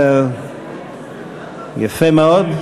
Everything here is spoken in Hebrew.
יפה מאוד.